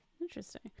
Interesting